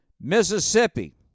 Mississippi